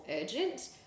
urgent